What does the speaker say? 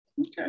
Okay